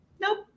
nope